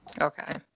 Okay